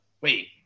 Wait